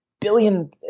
billion